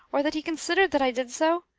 or that he considered that i did so.